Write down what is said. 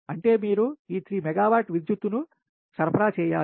అంటే మీరు ఈ 3 మెగావాట్ల విద్యుత్తును సరఫరా చేయాలి